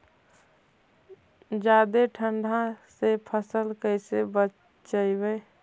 जादे ठंडा से फसल कैसे बचइबै?